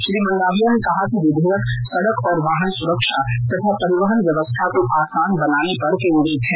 श्री मेंडाविया ने कहा कि विघेयक सड़क और वाहन सुरक्षा तथा परिवहन व्यवस्था को आसान बनाने पर केन्द्रित है